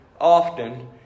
often